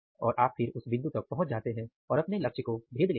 और आप फिर उस बिंदु तक पहुंच जाते हैं और अपने लक्ष्य को भेद लेते हैं